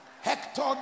Hector